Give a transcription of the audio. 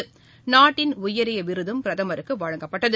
அந்நாட்டின் உயரியவிருதும் பிரதமருக்குவழங்கப்பட்டது